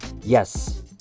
Yes